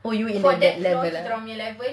oh you in that level ah